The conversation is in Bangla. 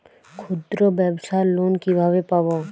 ক্ষুদ্রব্যাবসার লোন কিভাবে পাব?